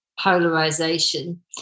polarization